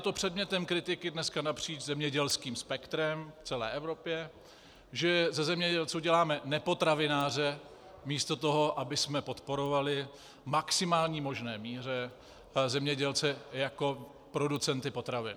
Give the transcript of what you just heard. Je to předmětem kritiky dnes napříč zemědělským spektrem v celé Evropě, že ze zemědělců děláme nepotravináře místo toho, abychom podporovali v maximální možné míře zemědělce jako producenty potravin.